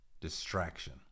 distraction